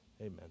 amen